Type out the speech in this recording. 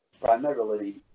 primarily